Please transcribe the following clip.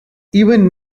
even